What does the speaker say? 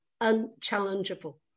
unchallengeable